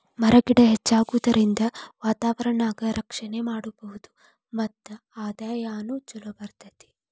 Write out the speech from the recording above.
ಮರ ಗಿಡಗಳ ಹೆಚ್ಚಾಗುದರಿಂದ ವಾತಾವರಣಾನ ರಕ್ಷಣೆ ಮಾಡಬಹುದು ಮತ್ತ ಆದಾಯಾನು ಚುಲೊ ಬರತತಿ